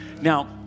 Now